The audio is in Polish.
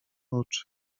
oczy